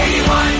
81